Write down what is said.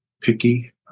picky